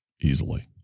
easily